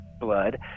blood